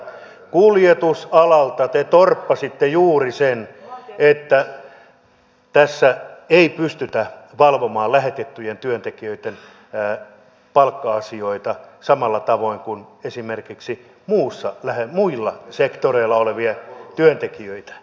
kuljetusalalta te torppasitte juuri sen että tässä ei pystytä valvomaan lähetettyjen työntekijöitten palkka asioita samalla tavoin kuin esimerkiksi muilla sektoreilla olevia työntekijöitä